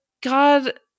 God